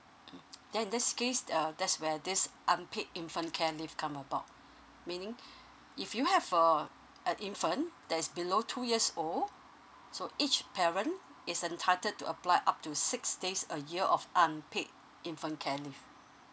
mm then in this case uh that's where this unpaid infant care leave come about meaning if you have a an infant that is below two years old so each parent is entitled to apply up to six days a year of unpaid infant care leave